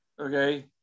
okay